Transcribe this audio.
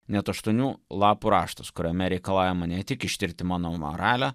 net aštuonių lapų raštas kuriame reikalaujama ne tik ištirti mano moralę